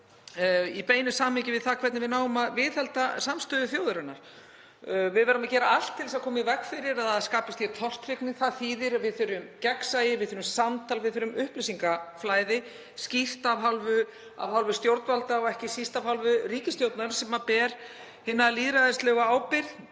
í beinu samhengi við það hvernig við náum að viðhalda samstöðu þjóðarinnar. Við verðum að gera allt til að koma í veg fyrir að það skapist tortryggni. Það þýðir að við þurfum gagnsæi, við þurfum samtal, við þurfum skýrt upplýsingaflæði af hálfu stjórnvalda og ekki síst af hálfu ríkisstjórnarinnar sem ber hina lýðræðislegu ábyrgð.